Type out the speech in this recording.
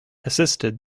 assisted